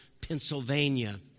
Pennsylvania